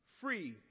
free